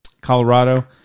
Colorado